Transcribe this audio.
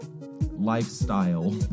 lifestyle